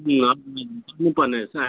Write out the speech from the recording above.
उम् पुग्नुपर्ने रहेछ